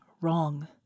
wrong